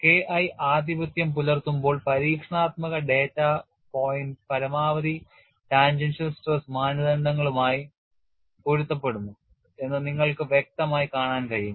K I ആധിപത്യം പുലർത്തുമ്പോൾ പരീക്ഷണാത്മക ഡാറ്റാ പോയിന്റ് പരമാവധി ടാൻജൻഷ്യൽ സ്ട്രെസ് മാനദണ്ഡങ്ങളുമായി പൊരുത്തപ്പെടുന്നു എന്ന് നിങ്ങൾക്ക് വ്യക്തമായി കാണാൻ കഴിയും